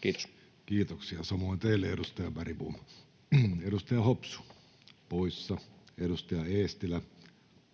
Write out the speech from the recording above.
Kiitos. Kiitoksia, samoin teille, edustaja Bergbom. — Edustaja Hopsu, poissa. Edustaja Eestilä,